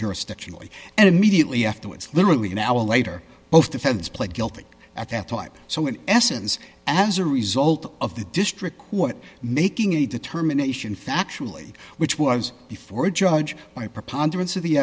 jurisdictionally and immediately afterwards literally an hour later both defendants pled guilty at that time so in essence as a result of the district court making a determination factually which was before a judge by preponderance of the